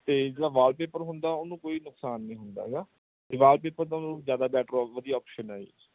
ਅਤੇ ਜਿਹੜਾ ਵਾਲਪੇਪਰ ਹੁੰਦਾ ਉਹਨੂੰ ਕੋਈ ਨੁਕਸਾਨ ਨਹੀਂ ਹੁੰਦਾ ਗਾ ਤਾਂ ਵਾਲਪੇਪਰ ਤੁਹਾਨੂੰ ਜ਼ਿਆਦਾ ਵੈਟਰ ਵਧੀਆ ਆਪਸ਼ਨ ਹੈ